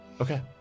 Okay